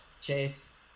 Chase